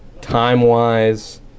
time-wise